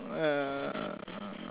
mm